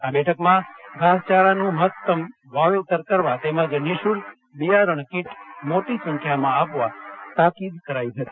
આ બેઠકમાં ઘાસચારાનું મહતમ વાવેતર કરવા તેમજ નિઃશુલ્ક બિયારણ કીટ મોટી સંખ્યામાં આપવા તાકીદ કરાઇ હતી